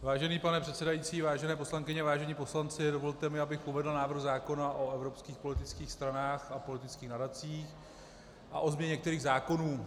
Vážený pane předsedající, vážené poslankyně, vážení poslanci, dovolte mi, abych uvedl návrh zákona o evropských politických stranách a politických nadacích a o změně některých zákonů.